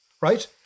right